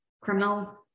criminal